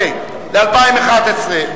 ל-2011,